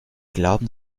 glauben